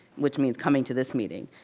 which means coming to this meeting.